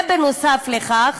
ונוסף על כך,